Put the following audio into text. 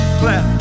clap